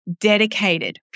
dedicated